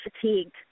fatigued